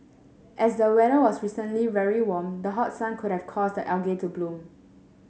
as the weather was recently very warm the hot sun could have caused the algae to bloom